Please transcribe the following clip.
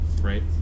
Right